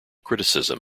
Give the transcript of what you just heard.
criticism